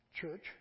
church